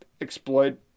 exploit